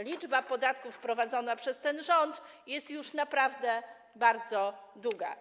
Liczba podatków wprowadzona przez ten rząd jest już naprawdę bardzo długa.